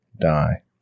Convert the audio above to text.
die